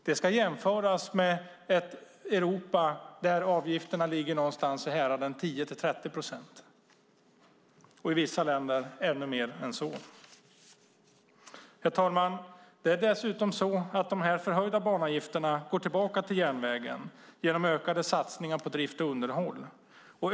Det ska jämföras med ett Europa där avgifterna ligger någonstans i häradet 10-30 procent och i vissa länder ännu högre. Dessa förhöjda banavgifter går dessutom tillbaka till järnvägen genom ökade satsningar på drift och underhåll.